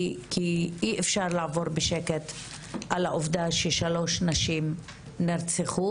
כי אי אפשר לעבור בשקט על העובדה ששלוש נשים נרצחו